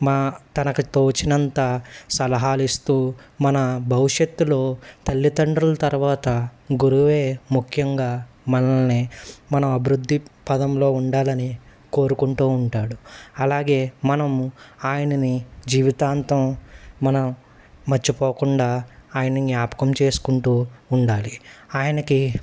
మా తనకు తోచినంత సలహాలస్తూ మన భవిష్యత్తులో తల్లితండ్రుల తర్వాత గురువే ముఖ్యంగా మనల్ని మనం అభివృద్ధి పదంలో ఉండాలని కోరుకుంటూ ఉంటాడు అలాగే మనం ఆయనని జీవితాంతం మనం మర్చిపోకుండా ఆయన జ్ఞాపకం చేసుకుంటూ ఉండాలి ఆయనకి